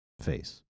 face